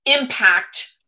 impact